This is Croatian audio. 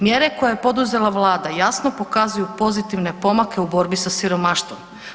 Mjere koje je poduzela Vlada jasno pokazuju pozitivne pomake u borbi sa siromaštvom.